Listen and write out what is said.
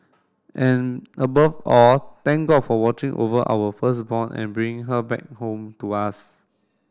and above all thank God for watching over our firstborn and bringing her back home to us